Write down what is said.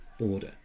border